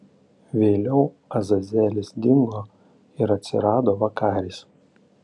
vėliau azazelis dingo ir atsirado vakaris